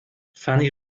fanny